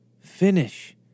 finish